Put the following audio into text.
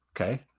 Okay